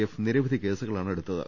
F നിരവധി കേസു കളാണ് എടുത്തത്